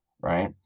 right